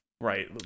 right